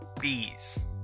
Bees